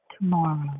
tomorrow